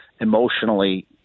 emotionally